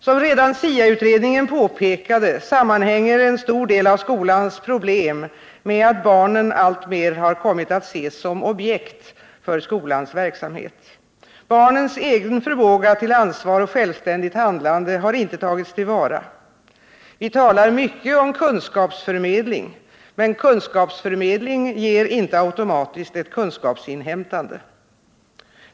Som redan SIA-utredningen påpekade, sammanhänger en stor del av skolans problem med att barnen alltmer har kommit att ses som objekt för skolans verksamhet. Barnens egen förmåga till ansvar och självständigt handlande har inte tagits till vara. Vi talar mycket om kunskapsförmedling — men kunskapsförmedling ger inte automatiskt ett kunskapsinhämtande.